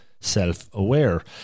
self-aware